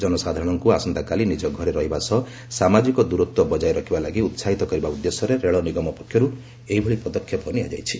ଜନସାଧାରଣଙ୍କ ଆସନ୍ତାକାଲି ନିକ ଘରେ ରହିବା ସହ ସାମାଜିକ ଦୂରତ୍ୱ ବଜାୟ ରଖିବା ଲାଗି ଉତ୍ସାହିତ କରିବା ଉଦ୍ଦେଶ୍ୟରେ ରେଳ ନିଗମ ପକ୍ଷର୍ ଏଭଳି ପଦକ୍ଷେପ ନିଆଯାଇଛି